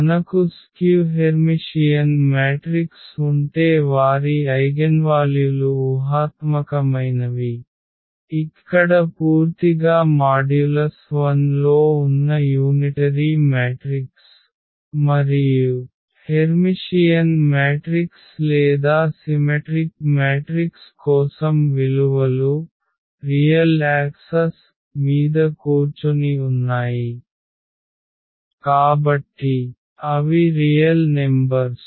మనకు skew Hermitian matrix ఉంటే వారి ఐగెన్వాల్యులు ఊహాత్మకమైనవి ఇక్కడ పూర్తిగా మాడ్యులస్ 1 లో ఉన్న యూనిటరీ మ్యాట్రిక్స్ మరియు హెర్మిషియన్ మ్యాట్రిక్స్ లేదా సిమెట్రిక్ మ్యాట్రిక్స్ కోసం విలువలు నిజమైన అక్షం మీద కూర్చొని ఉన్నాయి కాబట్టి అవి రియల్ నెంబర్స్